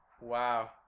wow